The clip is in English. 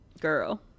Girl